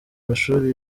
amashuri